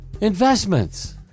investments